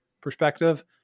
perspective